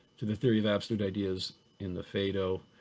to the theory of abstract ideas in the phaedo.